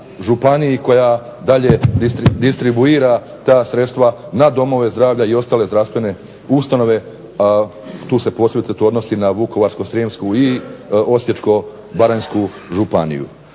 koja dalje distribuira ta sredstva na domove zdravlja i ostale zdravstvene ustanove, a tu se posebice to odnosi na Vukovarsko-srijemsku i Osječko-baranjsku županiju.